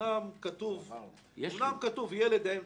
יש ליווי.